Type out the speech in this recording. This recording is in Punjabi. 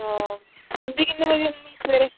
ਆਉਂਦੀ ਕਿੰਨੇ ਵਜੇ ਸਵੇਰੇ